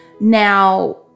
now